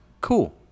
Cool